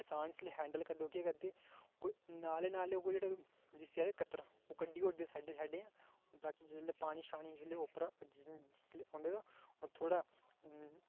किसान हैंडल करदे ओह् केह् करै कोई नाले नाले जिसी आखदे कतरां कड्ढी ओड़दे साढ़े साढ़े ताकि जिसलै पानी शानी ओपरां जिसलै औंदा ओह् थोह्ड़ा